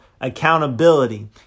accountability